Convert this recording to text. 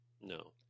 no